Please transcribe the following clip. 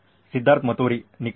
ಸಿದ್ಧಾರ್ಥ್ ಮತುರಿ ನಿಖರವಾಗಿ